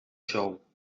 xou